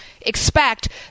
expect